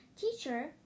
Teacher